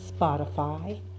Spotify